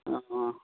অ